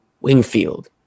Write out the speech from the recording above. Wingfield